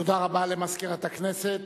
תודה רבה למזכירת הכנסת.